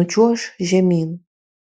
nučiuoš žemyn